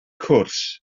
cwrs